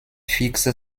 fixe